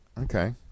Okay